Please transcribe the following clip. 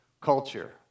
culture